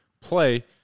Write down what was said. play